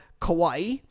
Kauai